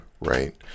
Right